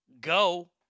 go